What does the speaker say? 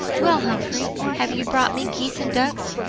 well, humphrey, have you brought my geese and ducks?